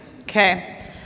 Okay